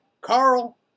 Carl